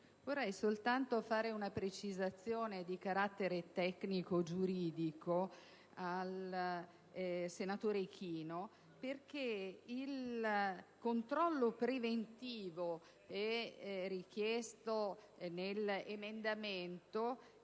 fare soltanto una precisazione di carattere tecnico-giuridico al senatore Ichino, perché il controllo preventivo richiesto nell'emendamento